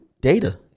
data